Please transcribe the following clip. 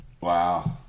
Wow